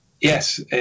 Yes